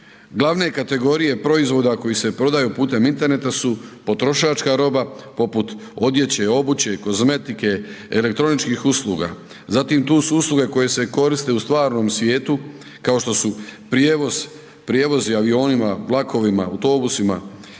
Glavne kategorije proizvoda koji se prodaju putem interneta su potrošačka roba, poput odjeće i obuće, kozmetike, elektroničkih usluga. Zatim, tu su usluge koje se koriste u stvarnom svijetu, kao što su prijevoz, prijevozi avionima, vlakovima, autobusima,